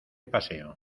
paseo